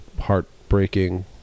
heartbreaking